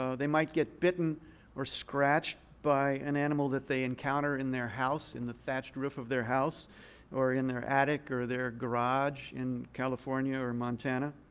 so they might get bitten or scratched by an animal that they encounter in their house, in the thatched roof of their house or in their attic or in their garage in california or montana.